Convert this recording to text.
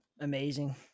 amazing